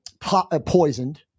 poisoned